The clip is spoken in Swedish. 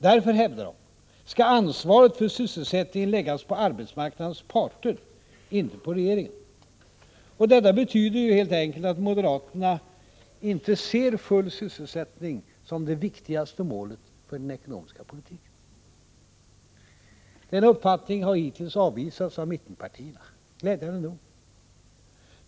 Därför, hävdar de, skall ansvaret för sysselsättningen läggas på arbetsmarknadens parter, inte på regeringen. Detta betyder ju helt enkelt att moderaterna inte ser full sysselsättning som det viktigaste målet för den ekonomiska politiken. Denna uppfattning har hittills avvisats av mittenpartierna, glädjande nog.